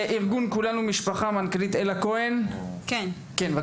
ארגון "כולנו משפחה", המנכ"לית אלה כהן, בבקשה.